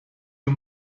you